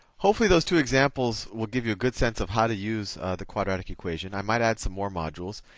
hopefully those two examples will give you a good sense of how to use the quadratic equation. i might add some more modules.